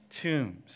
tombs